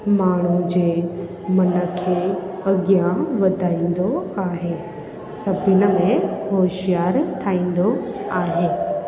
माण्हू जे मन खे अॻियां वधाईंदो आहे सभिनि में होश्यारु ठाहींदो आहे